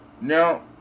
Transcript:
Now